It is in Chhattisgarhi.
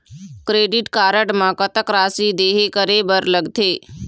क्रेडिट कारड म कतक राशि देहे करे बर लगथे?